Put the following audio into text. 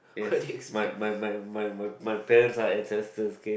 yes my my my my my my parents are ancestors okay